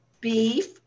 beef